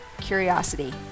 Curiosity